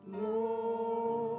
Lord